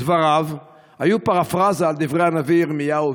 דבריו היו פרפרזה על דברי הנביא ירמיהו,